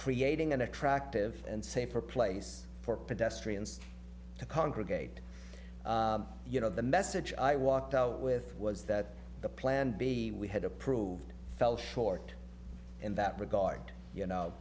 creating an attractive and safer place for pedestrians to congregate you know the message i walked out with was that the plan b we had approved fell short in that regard you